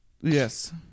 Yes